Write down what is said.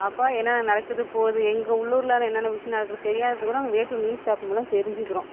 அப்போ என்னென்ன நடக்குது போது எங்கள் உள்ளூரில் என்னான்ன விஷயோம் நடக்கிறது தெரியாதுனு தான் நாங்கள் வே டூ நியூஸ் ஆப் மூலம் தெரிஞ்சுக்குறோம்